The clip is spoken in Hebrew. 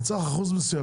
אז צריך אחוז מסוים,